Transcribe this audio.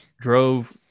drove